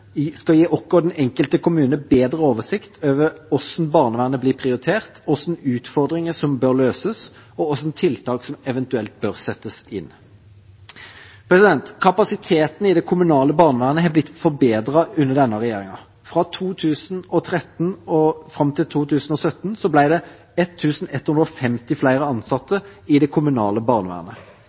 Dette skal gi oss og den enkelte kommune bedre oversikt over hvordan barnevernet blir prioritert, hvilke utfordringer som bør løses, og hvilke tiltak som eventuelt bør settes inn. Kapasiteten i det kommunale barnevernet har blitt forbedret under denne regjeringen. Fra 2013 og fram til 2017 ble det 1 150 flere ansatte i det kommunale barnevernet.